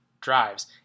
drives